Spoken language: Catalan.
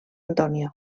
antonio